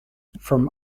from